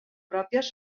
pròpies